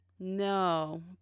No